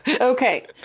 okay